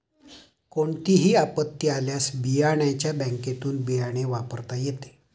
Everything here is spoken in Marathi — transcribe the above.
कोणतीही आपत्ती आल्यास बियाण्याच्या बँकेतुन बियाणे वापरता येते